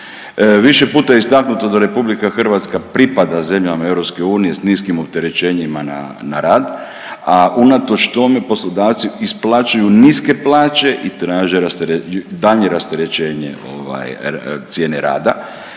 Više puta je istaknuto da RH pripada zemljama EU s niskim opterećenjima na rad, a unatoč tome poslodavci isplaćuju niske plaće i traže daljnje rasterećenje ovaj cijene rada.